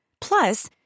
Plus